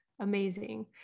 amazing